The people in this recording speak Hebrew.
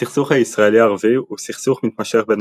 הסכסוך הישראלי–ערבי הוא סכסוך מתמשך בין